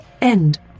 End